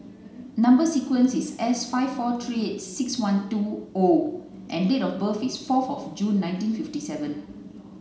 number sequence is S five four three eight six one two O and date of birth is forth of June nineteen fifity seven